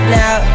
now